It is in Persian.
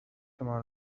مان